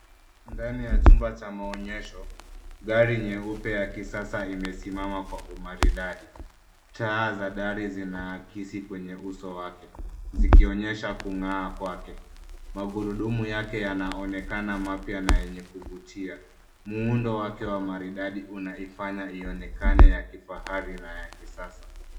Ndani ya chumba cha maonyesho, gari nyeupe ya kisasa imesimama kwa umaridadi. Taa za dari zinaakisi kwenye uso wake zikionyesha kung'aa kwake. Magurudumu yake yanaonekana mapya na yenye kuvutia. Muundo wake wa maridadi unaifanya ionekane ya kifahari na ya kisasa.